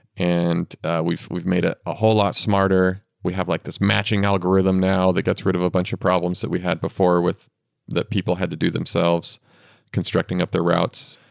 and we've we've made it ah a whole lot smarter. we have like this matching algorithm now that gets rid of a bunch of problems that we had before with that people had to do themselves constructing up their routes.